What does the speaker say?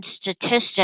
statistics